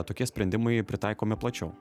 tokie sprendimai pritaikomi plačiau